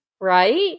Right